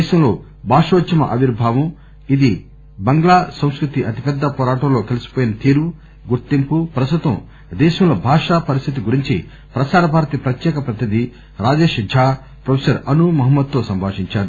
దేశంలో భాషోధ్యమ ఆవిర్బావంఇది బంగ్లా సంస్కృతి అతిపెద్ద పోరాటంలోకలీసిపోయిన తీరు గుర్తింపు ప్రస్తుతం దేశంలో భాషా పరిస్థితి గురించి ప్రసార భారతి ప్రత్యేక ప్రతినిధి రాజేష్ జా ప్రొఫెసర్ అను మహమ్మద్ తో సంభాషించారు